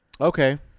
Okay